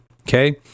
okay